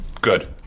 Good